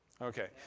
Okay